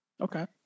okay